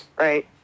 right